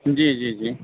جی جی جی